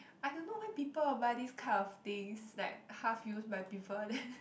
I don't know why people will buy this kind of things like half used by people then